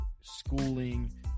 schooling